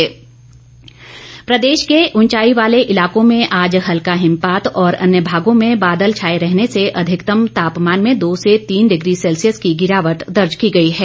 मौसम प्रदेश के ऊंचाई वाले इलाकों में आज हल्का हिमपात और अन्य भागों में बादल छाए रहने से अधिकतम तापमान में दो से तीन डिग्री सैल्सियस की गिरावट दर्ज की गई है